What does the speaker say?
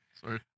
Sorry